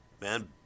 Man